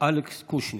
אלכס קושניר,